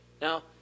Now